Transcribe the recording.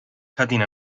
cutting